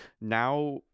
Now